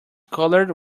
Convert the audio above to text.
colored